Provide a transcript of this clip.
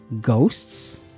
Ghosts